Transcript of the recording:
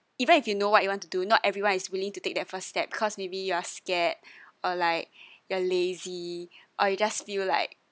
even if you know what you want to do not everyone is willing to take that first step cause maybe you are scared or like you're lazy or you just feel like